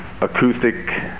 acoustic